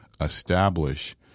establish